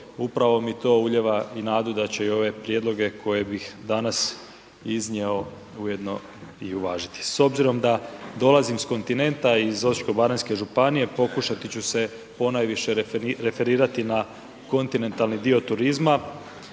upravo mi to ulijeva i nadu da će i ove prijedloge koje bih danas iznio ujedno i uvažiti. S obzirom da dolazim s kontinenta, iz Osječko-baranjske županije, pokušati ću se ponajviše referirati na kontinentalni dio turizma